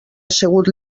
assegut